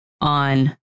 on